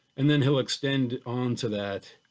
and then he'll extend onto that,